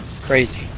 crazy